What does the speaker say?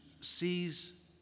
sees